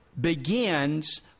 Begins